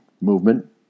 movement